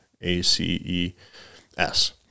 A-C-E-S